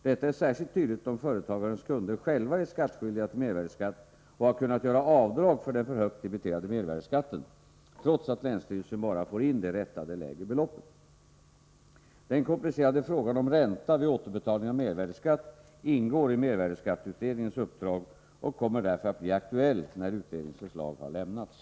Detta är särskilt tydligt om företagarens kunder själva är skattskyldiga till mervärdeskatt och har kunnat göra avdrag för den för högt debiterade mervärdeskatten, trots att länsstyrelsen bara får in det rättade lägre beloppet. Den komplicerade frågan om ränta vid återbetalning av mervärdeskatt ingår i mervärdeskatteutredningens uppdrag och kommer därför att bli aktuell när utredningens förslag har lämnats.